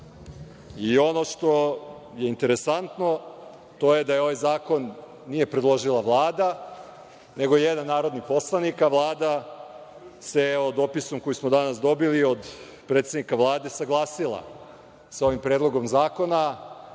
Ono što je interesantno to je da ovaj zakon nije predložila Vlada, nego jedan narodni poslanik, a Vlada se o dopisu koji smo danas dobili od predsednika Vlade saglasila sa ovim predlogom zakona,